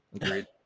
Agreed